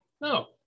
No